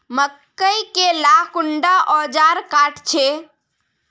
मकई के ला कुंडा ओजार काट छै?